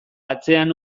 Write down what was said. atzean